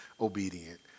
obedient